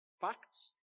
facts